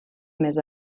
més